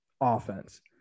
offense